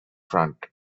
front